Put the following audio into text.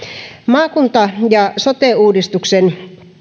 maakunta ja sote uudistuksen